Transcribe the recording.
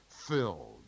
filled